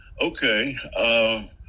Okay